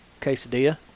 quesadilla